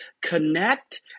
connect